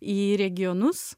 į regionus